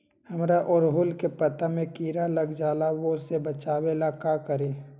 हमरा ओरहुल के पत्ता में किरा लग जाला वो से बचाबे ला का करी?